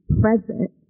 present